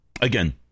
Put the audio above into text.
again